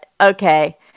Okay